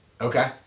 Okay